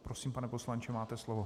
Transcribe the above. Prosím, pane poslanče, máte slovo.